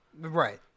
Right